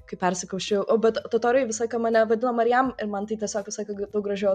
kai persikrausčiau o bet totoriai visą laiką mane vadino marijam ir man tai tiesiog visą laiką daug gražiau